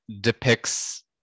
depicts